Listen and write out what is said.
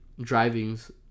driving's